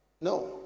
no